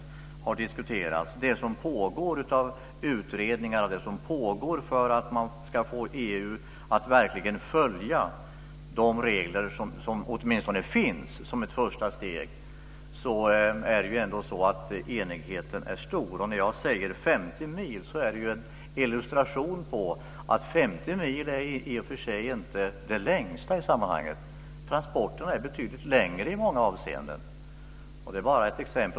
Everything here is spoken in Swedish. Enigheten är stor när det gäller det som pågår av utredningar och det som pågår för att man ska få EU att verkligen följa de regler som finns som ett första steg. När jag säger 50 mil är det en illustration av att 50 mil inte är det längsta i sammanhanget. Transporterna är betydligt längre i många avseenden. Det är bara ett exempel.